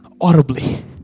audibly